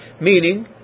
meaning